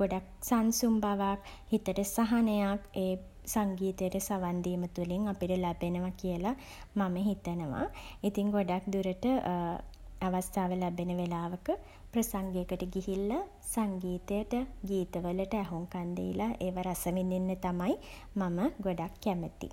ගොඩක් සන්සුන් බවක් හිතට සහනයක් ඒ සංගීතයට සවන් දීම තුළින් අපිට ලැබෙනවා කියලා මම හිතනවා. ඉතින් ගොඩක් දුරට අවස්ථාව ලැබෙන වෙලාවක ප්‍රසංගයකට ගිහිල්ලා සංගීතයට ගීත වලට ඇහුම් කන් දීලා ඒව රස විඳින්න තමයි මම ගොඩක් කැමති.